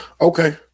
Okay